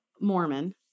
mormon